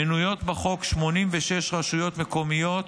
מנויות בחוק 86 רשויות מקומיות,